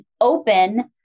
open